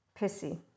pissy